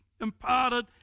imparted